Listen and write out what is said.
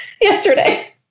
yesterday